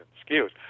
excuse